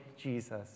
Jesus